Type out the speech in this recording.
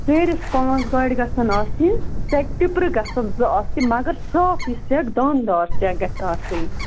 سیٚریس پانٛژھ گاڑِ گژھن آسنہِ سٮ۪کہِ ٹِپرٕ گَژھن زٕ آسنہِ مگر صاف یہِ سٮ۪کھ دانہٕ دار سٮ۪کھ گَژھِ آسٕنۍ